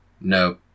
No